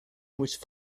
which